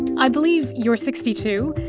i believe you're sixty two.